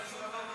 מה?